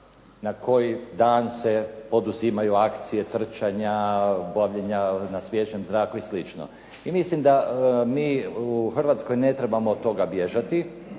Na koji dan se poduzimaju akcije trčanja, boravljenja na svježem zraku i slično. I mislim da mi u Hrvatskoj ne trebamo od toga bježati